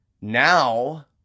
Now